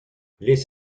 les